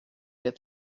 had